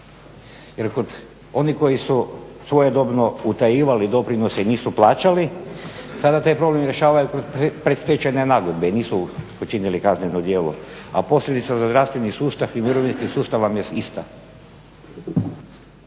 jer kod onih koji su svojedobno utajivali doprinose i nisu plaćali, sada taj problem rješavaju predstečajne nagodbe i nisu počinili kazneno djelo a posljedica za zdravstveni sustav i mirovinski sustav vam je ista.